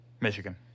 Michigan